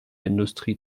industrie